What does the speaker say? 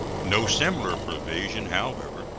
no similar provision, however,